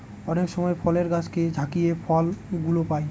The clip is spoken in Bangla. অনেক সময় ফলের গাছকে ঝাকিয়ে ফল গুলো পাই